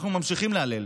אנחנו ממשיכים להלל,